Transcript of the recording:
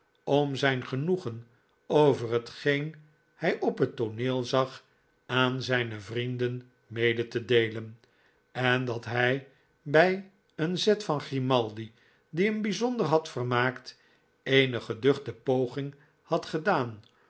om zijn genoegen over hetgeen hij op het tooneel zag aan zijne vrienden mede te deelen en dat hij bij een zet van grimaldi die hem bijzonder had vermaakt eene geduchte poging had gedaan